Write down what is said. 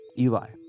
Eli